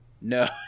No